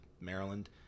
Maryland